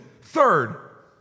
Third